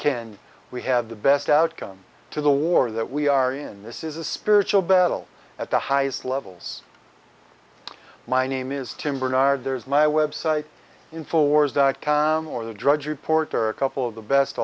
can we have the best outcome to the war that we are in this is a spiritual battle at the highest levels my name is tim barnard there is my website in force dot com or the drudge report or a couple of the best